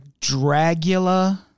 Dragula